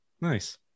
Nice